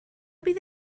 bydd